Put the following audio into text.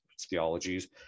theologies